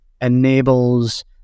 enables